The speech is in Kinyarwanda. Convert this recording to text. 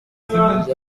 ryan